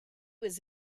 was